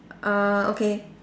err okay